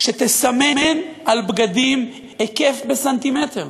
שתסמן על בגדים היקף בסנטימטר.